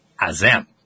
Azem